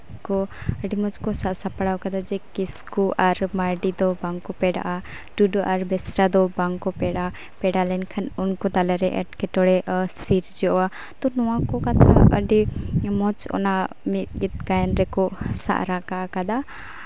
ᱠᱚ ᱟᱹᱰᱤ ᱢᱚᱡᱽ ᱠᱚ ᱥᱟᱡᱽ ᱥᱟᱯᱲᱟᱣ ᱠᱟᱫᱟ ᱡᱮ ᱠᱤᱥᱠᱩ ᱟᱨ ᱢᱟᱨᱰᱤ ᱫᱚ ᱵᱟᱝᱠᱚ ᱯᱮᱲᱟᱜᱼᱟ ᱴᱩᱰᱩ ᱟᱨ ᱵᱮᱥᱨᱟ ᱫᱚ ᱵᱟᱝᱠᱚ ᱯᱮᱲᱟᱜᱼᱟ ᱯᱮᱲᱟ ᱞᱮᱱᱠᱷᱟᱱ ᱩᱱᱠᱩ ᱛᱟᱞᱟᱨᱮ ᱮᱸᱴᱠᱮᱴᱚᱬᱮ ᱥᱤᱨᱡᱟᱹᱜᱼᱟ ᱛᱳ ᱱᱚᱣᱟ ᱠᱚ ᱠᱟᱛᱷᱟ ᱟᱹᱰᱤ ᱢᱚᱡᱽ ᱚᱱᱟ ᱢᱤᱫ ᱠᱤᱛᱟᱹ ᱜᱟᱭᱟᱱ ᱨᱮᱠᱚ ᱥᱟᱵ ᱨᱟᱠᱟᱵ ᱠᱟᱫᱟ